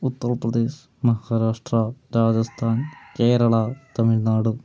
Uttar Pradesh Maharashtra Rajasthan Kerala Tamil Nadu